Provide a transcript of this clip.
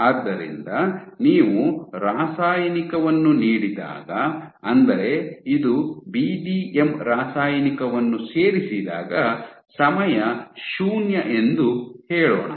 ಆದ್ದರಿಂದ ನೀವು ರಾಸಾಯನಿಕವನ್ನು ನೀಡಿದಾಗ ಅಂದರೆ ಇದು ಬಿಡಿಎಂ ರಾಸಾಯನಿಕವನ್ನು ಸೇರಿಸಿದಾಗ ಸಮಯ ಶೂನ್ಯ ಎಂದು ಹೇಳೋಣ